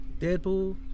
Deadpool